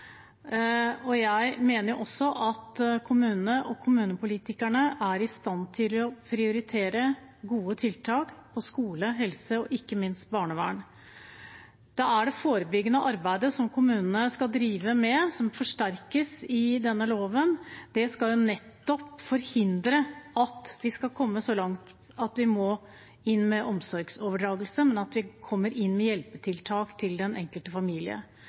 og kommunepolitikerne er i stand til å prioritere gode tiltak innen skole, helse og ikke minst barnevern. Det er det forebyggende arbeidet kommunene skal drive med, som forsterkes i denne loven. Det skal forhindre at det går så langt at vi må inn med omsorgsovertakelse, men gjøre at vi kommer inn med hjelpetiltak til den enkelte familie.